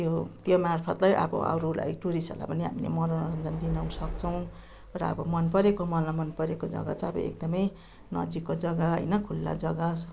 त्यो त्यो मार्फतलाई अब अरूलाई टुरिस्टहरूलाई पनि हामीले मनोरञ्जन दिन सक्छौँ र अब मनपरेको मलाई मनपरेको जग्गा चाहिँ अब एकदमै नजिकको जग्गा होइन खुला जग्गा